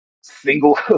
single